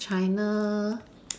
China